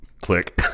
Click